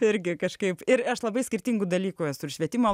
irgi kažkaip ir aš labai skirtingų dalykų esu ir švietimo